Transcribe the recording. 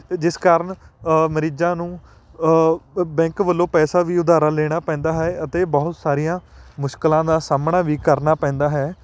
ਜਿਸ ਕਾਰਨ ਮਰੀਜ਼ਾਂ ਨੂੰ ਬੈਂਕ ਵੱਲੋਂ ਪੈਸਾ ਵੀ ਉਧਾਰ ਲੈਣਾ ਪੈਂਦਾ ਹੈ ਅਤੇ ਬਹੁਤ ਸਾਰੀਆਂ ਮੁਸ਼ਕਿਲਾਂ ਦਾ ਸਾਹਮਣਾ ਵੀ ਕਰਨਾ ਪੈਂਦਾ ਹੈ